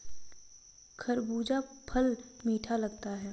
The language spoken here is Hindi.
खरबूजा फल मीठा लगता है